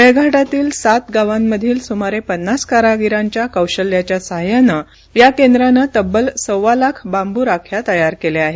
मेळघाटातील सात गावांमधील सुमारे पन्नास कारागीरांच्या कौशल्याच्या साह्यानं या केंद्रानं तब्बल सव्वा लाख बांबू राख्या तैय्यार केल्या आहेत